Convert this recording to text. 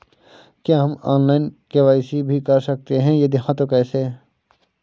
क्या हम online KYC कर सकते हैं यदि हाँ तो कैसे?